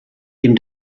dem